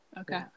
Okay